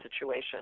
situation